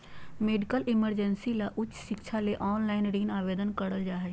medical emergency या उच्च शिक्षा ले ऑनलाइन ऋण आवेदन करल जा हय